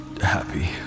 happy